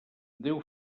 déu